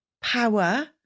power